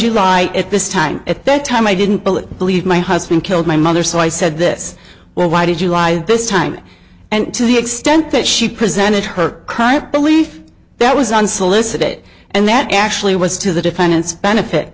you lie at this time at that time i didn't believe believe my husband killed my mother so i said this well why did you lie this time and to the extent that she presented her crime belief that was unsolicited and that actually was to the defendant's benefit